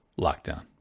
lockdown